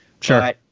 sure